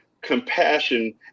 compassion